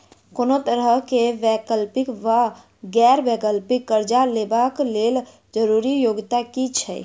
कोनो तरह कऽ वैकल्पिक वा गैर बैंकिंग कर्जा लेबऽ कऽ लेल जरूरी योग्यता की छई?